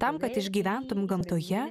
tam kad išgyventum gamtoje